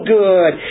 good